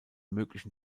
möglichen